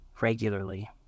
regularly